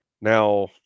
Now